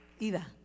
ida